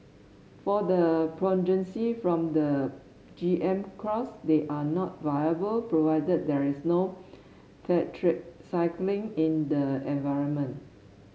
for the progeny's from the G M cross they are not viable provided there is no tetracycline in the environment